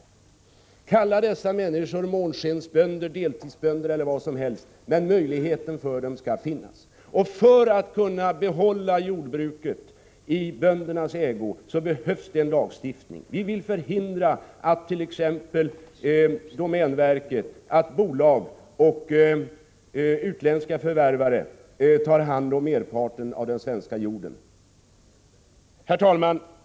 Kalla dessa människor månskensbönder, deltidsbönder eller vad som helst — men möjligheten skall finnas för dem. Och för att kunna behålla jordbruket i böndernas ägo behövs det en lagstiftning. Vi vill förhindra att t.ex. domänverket, bolag och utländska förvärvare tar hand om merparten av den svenska jorden. Herr talman!